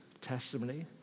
testimony